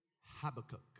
Habakkuk